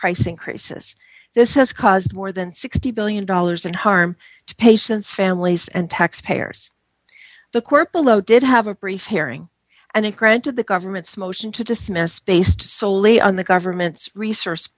price increases this has caused more than sixty billion dollars in harm to patients families and taxpayers the court below did have a brief hearing and it granted the government's motion to dismiss based soley on the government's resource